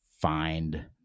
find